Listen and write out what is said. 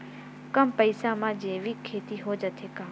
कम पईसा मा जैविक खेती हो जाथे का?